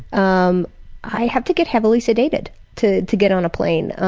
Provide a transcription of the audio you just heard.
um i have to get heavily sedated to to get on a plane.